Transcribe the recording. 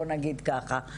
נגיד ככה.